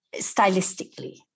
stylistically